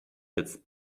jetzt